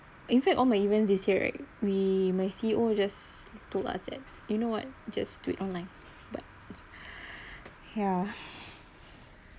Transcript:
in fact all my event this year right we my C_E_O just told us that you know what just do it online but ya